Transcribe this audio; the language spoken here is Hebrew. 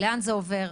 לאן זה עובר?